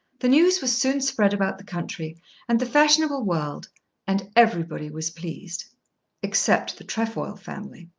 the news was soon spread about the country and the fashionable world and everybody was pleased except the trefoil family.